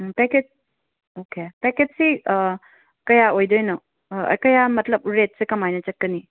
package okay ꯄꯦꯛꯀꯦꯖꯁꯤ ꯀꯌꯥ ꯑꯣꯏꯗꯣꯏꯅꯣ ꯀꯌꯥ ꯃꯠꯂꯕ ꯔꯦꯠ ꯁꯦ ꯀꯃꯥꯏꯅ ꯆꯠꯀꯅꯤ